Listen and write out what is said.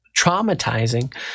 traumatizing